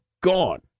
gone